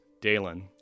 Dalen